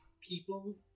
people